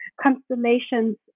constellations